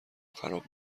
خراب